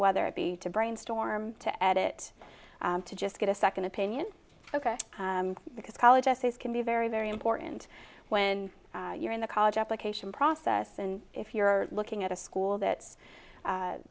whether it be to brainstorm to add it to just get a second opinion ok because college essays can be very very important when you're in the college application process and if you're looking at a school that